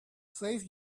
save